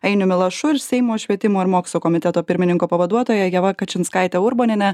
ainiumi lašu ir seimo švietimo ir mokslo komiteto pirmininko pavaduotoja ieva kačinskaite urboniene